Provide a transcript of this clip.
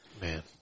Man